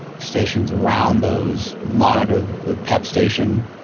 stations around those monitor the pep station,